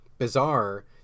bizarre